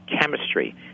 chemistry